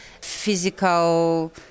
physical